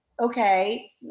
okay